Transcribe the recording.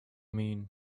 mean